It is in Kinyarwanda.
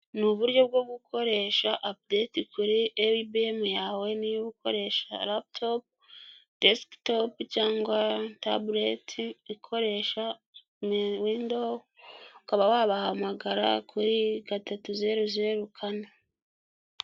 Ni uburyo bwo gukoresha apudeti kuri ibiyemu yawe niba ukoresha laputopu, desikitopu cyangwa tabuleti ikoresha windo. Ukaba wabahamagara kuri gatatu zero zero kane.